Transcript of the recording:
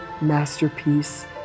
masterpiece